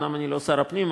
אומנם אני לא שר הפנים,